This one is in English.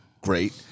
great